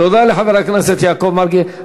תודה לחבר הכנסת יעקב מרגי.